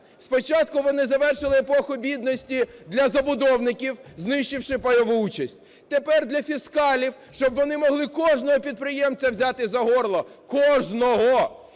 Спочатку вони завершили епоху бідності для забудовників, знищивши пайову участь, тепер для фіскалів, щоб вони могли кожного підприємця взяти за горло. Кожного!